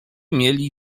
mieli